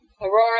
Aurora